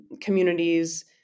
communities